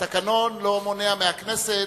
והתקנון לא מונע מהכנסת,